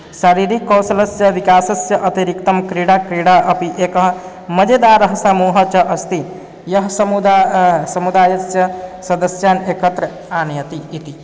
शारीरिककौशलस्य विकासस्य अतिरिक्तं क्रीडा क्रीडा अपि एकः मजेदारः समूहः च अस्ति यः समुदायः समुदायस्य सदस्यान् एकत्र आनयति इति